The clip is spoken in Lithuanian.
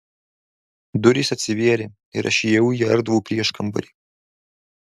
durys atsivėrė ir aš įėjau į erdvų prieškambarį